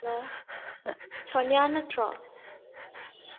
hello Sonia ꯅꯠꯇ꯭ꯔꯣ